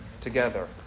together